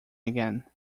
again